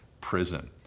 prison